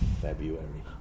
February